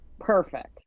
Perfect